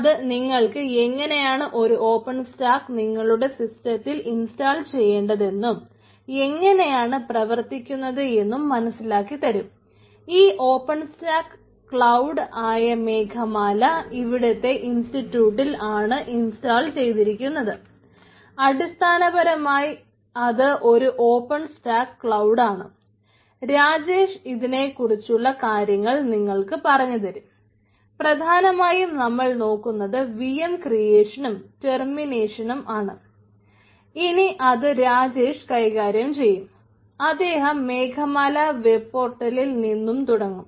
അത് നിങ്ങൾക്ക് എങ്ങനെയാണ് ഒരു ഓപ്പൺ സ്റ്റാക്ക് നിങ്ങളുടെ സിസ്റ്റത്തിലേക്ക് ഇൻസ്റ്റാൾ നിന്നും തുടങ്ങും